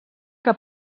que